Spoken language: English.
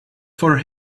for